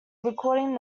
recording